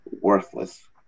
Worthless